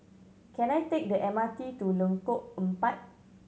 can I take the M R T to Lengkok Empat